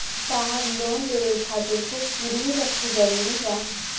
साहब लोन लेवे खातिर कुछ गिरवी रखल जरूरी बा?